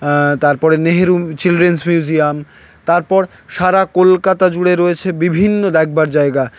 তারপরে Nehru children's museum তারপর সারা কলকাতা জুড়ে রয়েছে বিভিন্ন দেখবা জায়গা